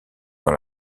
dans